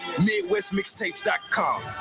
MidwestMixtapes.com